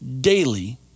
daily